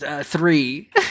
three